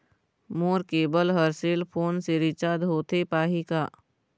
मोर केबल हर cell phone से रिचार्ज होथे पाही का?